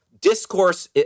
discourse